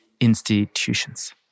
institutions